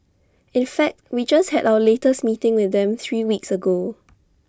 in fact we just had our latest meeting with them three weeks ago